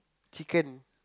chicken